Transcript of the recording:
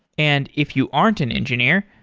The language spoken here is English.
and if you aren't an engineer,